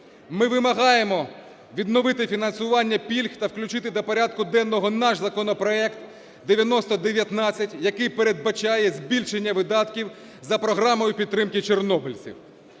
Ми вимагаємо відновити фінансування пільг та включити до порядку денного наш законопроект 9019, який передбачає збільшення видатків за програмою підтримки чорнобильців.